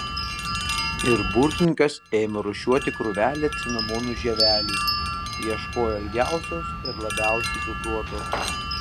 ir burtininkas ėmė rūšiuoti krūvelę cinamonų žievelių ieškojo ilgiausios ir labiausiai cukruotos